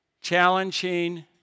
Challenging